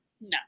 No